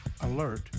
Alert